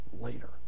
later